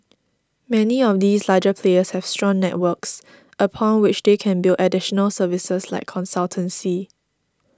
many of these larger players have strong networks upon which they can build additional services like consultancy